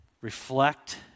reflect